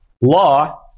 law